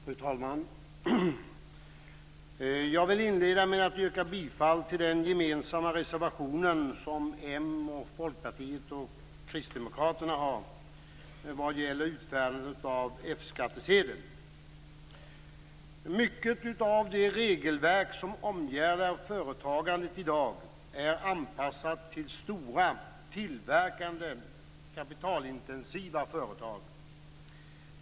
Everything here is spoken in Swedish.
Fru talman! Jag vill inleda med att yrka bifall till den gemensamma reservationen från Moderaterna, Mycket av det regelverk som omgärdar företagandet i dag är anpassat till stora, tillverkande och kapitalintensiva företag.